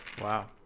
wow